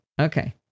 Okay